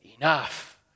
enough